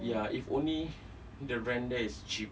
ya if only the rent there is cheap